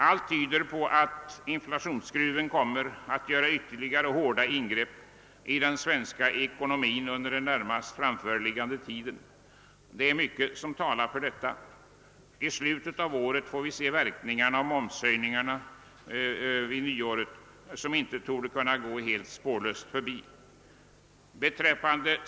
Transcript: Allt tyder på att inflationsskruven kommer att föranleda ytterligare hårda ingrepp i den svenska ekonomin under den närmast framförliggande tiden. I slutet av året får vi se verkningarna av momshöjningen vid nästa årsskifte. Denna höjning torde inte kunna gå helt spårlöst förbi.